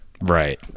right